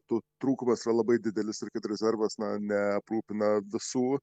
tų trūkumas yra labai didelis ir kad rezervas na neaprūpina visų